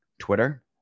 twitter